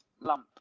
lump